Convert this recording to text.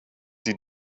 die